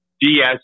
DS